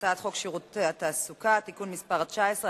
הצעת חוק שירות התעסוקה (תיקון מס' 19),